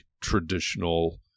traditional